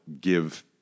give